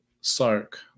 sark